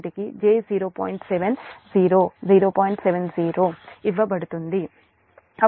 70 ఇవ్వబడుతుంది అప్పుడు ఇది కూడా Y Y